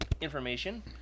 information